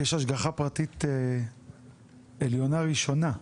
יש השגחה פרטית עליונה ראשונה.